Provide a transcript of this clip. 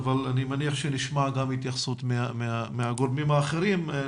אבל אני מניח שנשמע גם התייחסות מהגורמים האחרים.